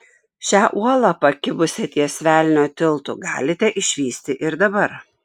šią uolą pakibusią ties velnio tiltu galite išvysti ir dabar